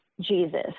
Jesus